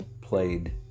played